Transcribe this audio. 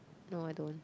no I don't